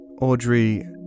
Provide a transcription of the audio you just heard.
Audrey